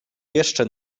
jeszcze